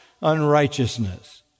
unrighteousness